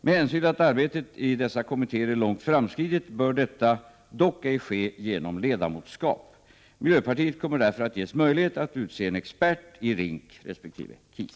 Med hänsyn till att arbetet i dessa kommittéer är långt framskridet bör detta dock ej ske genom ledamotskap. Miljöpartiet kommer därför att ges möjlighet att utse en expert i RINK resp. KIS.